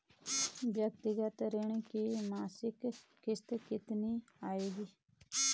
व्यक्तिगत ऋण की मासिक किश्त कितनी आएगी?